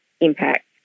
impact